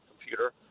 computer